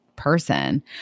person